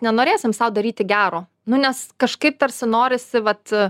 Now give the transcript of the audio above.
nenorėsim sau daryti gero nu nes kažkaip tarsi norisi vat